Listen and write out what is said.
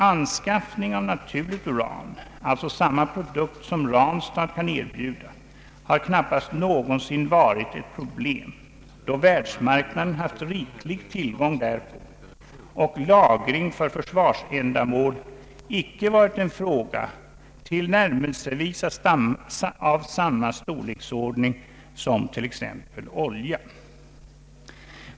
Anskaffning av naturligt uran däremot, alltså samma produkt som Ranstad kan erbjuda, har knappast någonsin varit ett problem, då världsmarknaden haft riklig tillgång därtill och lagring för försvarsändamål icke varit en fråga av tillnärmelsevis samma storleksordning som t.ex. när det gäller olja.